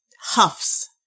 huffs